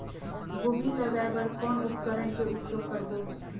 गोभी जगाय बर कौन उपकरण के उपयोग करबो?